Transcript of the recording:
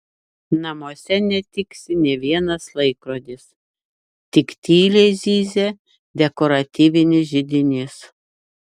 namuose netiksi nė vienas laikrodis tik tyliai zirzia dekoratyvinis židinys